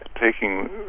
taking